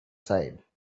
side